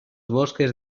bosques